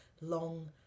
long